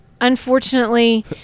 unfortunately